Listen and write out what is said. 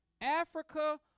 Africa